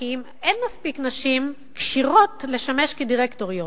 כי אם אין מספיק נשים כשירות לשמש כדירקטוריות?